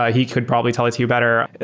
ah he could probably tell it to you better,